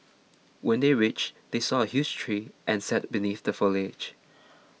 when they reach they saw a huge tree and sat beneath the foliage